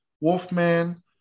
Wolfman